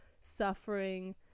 suffering